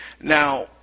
now